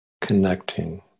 connecting